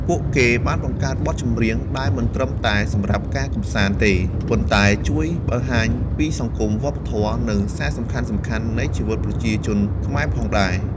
ពួកគេបានបង្កើតបទចម្រៀងដែលមិនត្រឹមតែសម្រាប់ការកម្សាន្តទេ ប៉ុន្តែជួយបង្ហាញពី សង្គម, វប្បធម៌ និងសារសំខាន់ៗនៃជីវិតប្រជាជនខ្មែរផងដែរ។